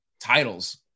titles